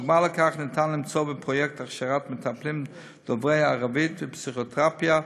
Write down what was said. דוגמה לכך ניתן למצוא בפרויקט להכשרת מטפלים דוברי ערבית בפסיכותרפיה,